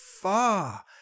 far